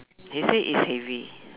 they say it's heavy